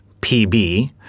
PB